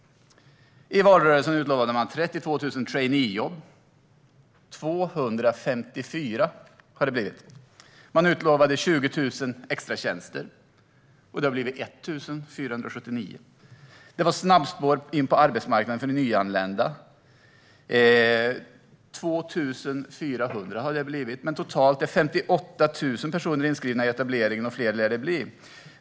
I valrörelsen utlovade man 32 000 traineejobb. 254 har det blivit. Man utlovade 20 000 extratjänster, och det har blivit 1 479. Det skapades ett snabbspår in på arbetsmarknaden för nyanlända. 2 400 personer har deltagit där, men totalt är 58 000 personer inskrivna i etableringen och fler lär det bli.